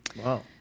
wow